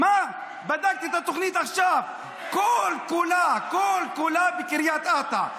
בדקתי את התוכנית עכשיו, כל-כולה בקריית אתא.